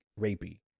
rapey